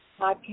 podcast